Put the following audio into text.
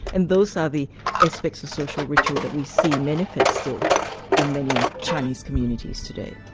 and those are the aspects of social ritual that we see manifest still in many chinese communities today.